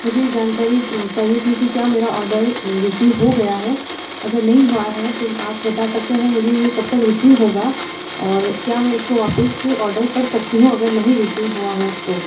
मुझे जानकारी चाहिए थी कि क्या मेरा ऑर्डर रिसीव हो गया है अगर नहीं हुआ है तो आप बता सकते है मुझे ये कब तक रिसीव होगा और क्या मैं इसको वापस ऑर्डर कर सकती हूँ अगर नहीं रिसीव हुआ हो तो